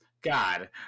God